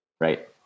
Right